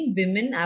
women